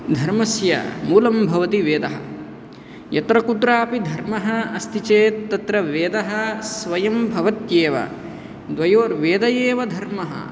धर्मस्य मूलं भवति वेदः यत्र कुत्रापि धर्मः अस्ति चेत् तत्र वेदः स्वयं भवत्येव द्वयोः वेद एव धर्मः